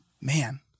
man